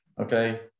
Okay